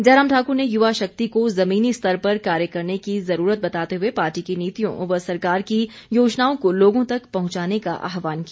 जयराम ठाकुर ने युवा शक्ति को जमीनी स्तर पर कार्य करने की जरूरत बताते हुए पार्टी की नीतियों व सरकार की योजनाओं को लोगों तक पहुंचाने का आहवान किया